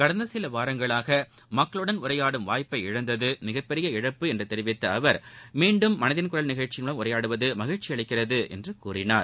கடந்த சில வாரங்களாக மக்களுடன் உரையாடும் வாய்ப்பை இழந்தது மிகப்பெரிய இழப்பு என்று தெரிவித்த அவர் மீண்டும் மனதின் குரல் நிகழ்ச்சியின் மூலம் உரையாடுவது மகிழ்ச்சியளிக்கிறது என்றார்